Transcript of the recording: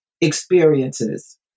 experiences